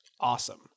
awesome